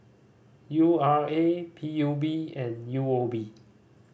U R A P U B and U O B